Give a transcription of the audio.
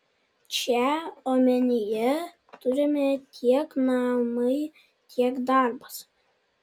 čia omenyje turimi tiek namai tiek darbas